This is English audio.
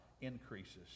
increases